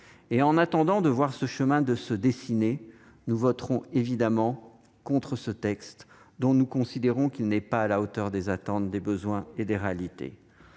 En attendant de voir ce chemin se dessiner, nous voterons contre ce texte, dont nous considérons qu'il n'est pas à la hauteur des attentes, des besoins et des réalités.